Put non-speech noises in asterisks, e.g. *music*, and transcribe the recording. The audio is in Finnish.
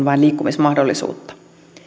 *unintelligible* vain liikkumismahdollisuutta